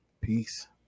Peace